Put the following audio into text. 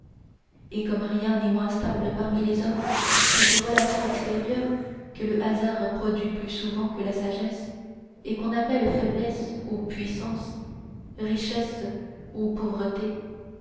et comme rien n'est moins stable parmi les hommes que ces relations extérieures que le hasard produit plus souvent que la sagesse et qu'on appelle faiblesse ou puissance richesse ou pauvreté